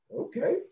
Okay